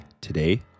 today